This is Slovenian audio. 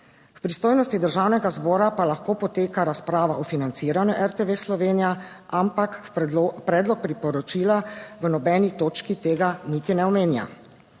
V pristojnosti Državnega zbora pa lahko poteka razprava o financiranju RTV Slovenija, ampak predlog priporočila v nobeni točki tega niti ne omenja.